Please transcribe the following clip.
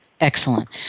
Excellent